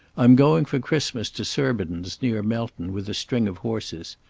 i'm going for christmas to surbiton's near melton with a string of horses.